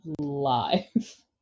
live